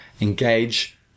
engage